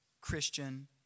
Christian